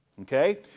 Okay